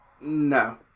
No